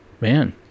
Man